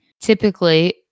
typically